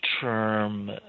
term